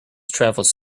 travels